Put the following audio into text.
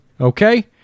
Okay